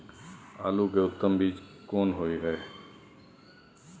आलू के उत्तम बीज कोन होय है?